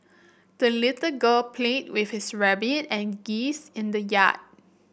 the little girl played with his rabbit and geese in the yard